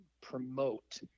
promote